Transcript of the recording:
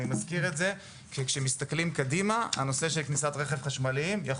ואני מזכיר את זה כי כשמסתכלים קדימה הנושא של כניסת רכב חשמלי יכול